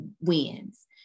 wins